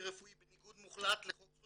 כלומר שהשם יהיה חסוי ולא יופיע בפרוטוקול,